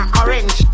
orange